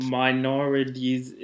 minorities